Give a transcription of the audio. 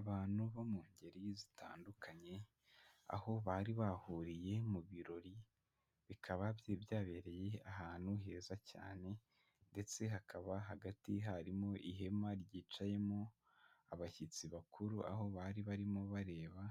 Abantu bo mu ngeri zitandukanye, aho bari bahuriye mu birori bikaba byabereye ahantu heza cyane, ndetse hakaba hagati harimo ihema ryicayemo abashyitsi bakuru, aho bari barimo bareba